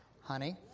honey